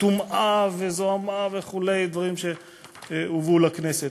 טומאה וזוהמה וכו' דברים שהובאו לכנסת.